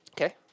Okay